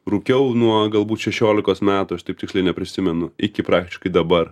rūkiau nuo galbūt šešiolikos metų aš taip tiksliai neprisimenu iki praktiškai dabar